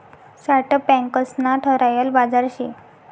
startup banks ना ठरायल बाजार शे